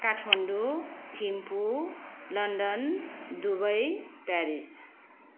Kathmandu Thimphu London Dubai Paris